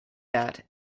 that